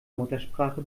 muttersprache